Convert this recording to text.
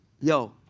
Yo